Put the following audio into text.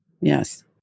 yes